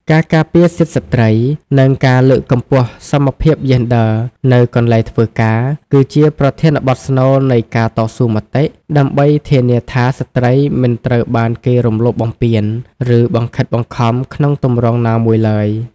ការការពារសិទ្ធិស្ត្រី និងការលើកកម្ពស់សមភាពយេនឌ័រនៅកន្លែងធ្វើការ គឺជាប្រធានបទស្នូលនៃការតស៊ូមតិ ដើម្បីធានាថាស្រ្តីមិនត្រូវបានគេរំលោភបំពាន ឬបង្ខិតបង្ខំក្នុងទម្រង់ណាមួយឡើយ។